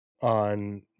on